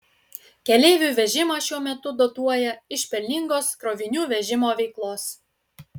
keleivių vežimą šiuo metu dotuoja iš pelningos krovinių vežimo veiklos